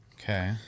Okay